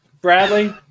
Bradley